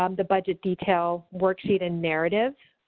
um the budget detail worksheet and narrative,